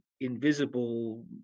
invisible